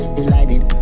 delighted